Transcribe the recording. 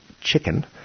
chicken